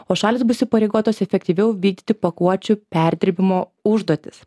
o šalys bus įpareigotos efektyviau vykdyti pakuočių perdirbimo užduotis